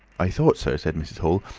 i thought, sir, said mrs. hall,